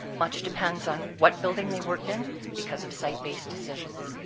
much depends on what building they work in because of site-based decisions.